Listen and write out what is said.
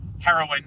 heroin